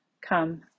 Come